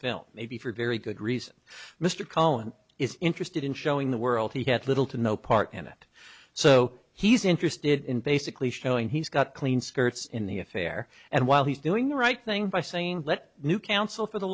film maybe for very good reason mr cohen is interested in showing the world he had little to no part in it so he's interested in basically showing he's got clean skirts in the affair and while he's doing the right thing by saying let new counsel for the